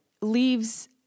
leaves